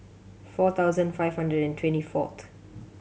four thousand five hundred and twenty fourth